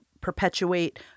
perpetuate